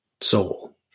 soul